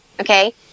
okay